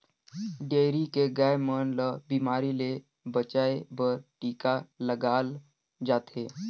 dairy के गाय मन ल बेमारी ले बचाये बर टिका लगाल जाथे